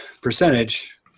percentage